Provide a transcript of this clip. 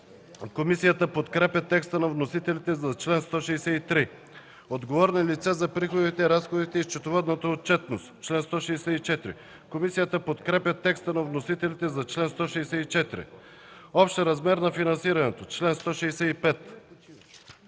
Комисията подкрепя текста на вносителите за чл. 163. „Отговорни лица за приходите, разходите и счетоводната отчетност” – чл. 164. Комисията подкрепя текста на вносителите за чл. 164. „Общ размер на финансирането” – чл. 165.